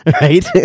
right